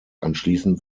anschließen